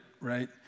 right